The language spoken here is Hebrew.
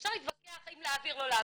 אפשר להתווכח אם להעביר או לא להעביר,